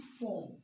form